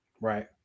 right